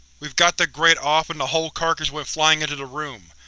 we got the grate off and the whole carcass went flying into the room.